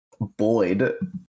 Boyd